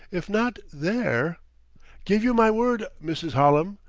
if not there give you my word, mrs. hallam,